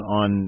on